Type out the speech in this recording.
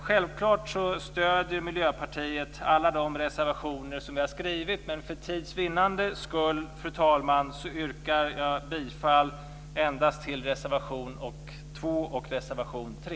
Självklart stöder Miljöpartiet alla de reservationer som vi har skrivit, men för tids vinnande, fru talman, yrkar jag endast bifall till reservationerna 2 och 3.